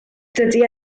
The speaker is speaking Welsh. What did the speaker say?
dydi